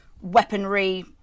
weaponry